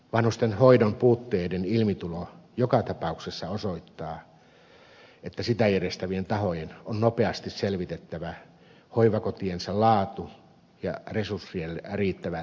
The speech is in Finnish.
vanhustenhoidon puutteiden ilmitulo joka tapauksessa osoittaa että sitä järjestävien tahojen on nopeasti selvitettävä hoivakotiensa laatu ja resurssien riittävyys